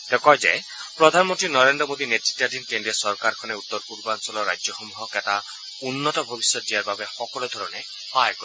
তেওঁ কয় যে প্ৰধানমন্ত্ৰী নৰেন্দ্ৰ মোদী নেতৃতাধীন কেন্দ্ৰীয় চৰকাৰখনে উত্তৰ পূৰ্বাঞ্চলৰ ৰাজ্যসমূহক এটা উন্নত ভৱিষ্যৎ দিয়াৰ বাবে সকলো ধৰণে সহায় কৰিব